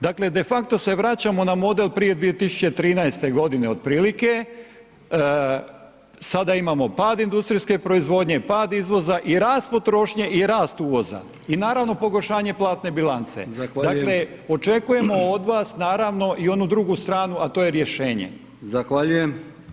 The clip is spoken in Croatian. Dakle, defakto se vraćamo na model prije 2013.g. otprilike, sada imamo pad industrijske proizvodnje, pad izvoza i rast potrošnje i rast uvoza i naravno pogoršanje platne bilance [[Upadica: Zahvaljujem]] Dakle, očekujemo od vas naravno i onu drugu stranu, a to je rješenje [[Upadica: Zahvaljujem]] Hvala.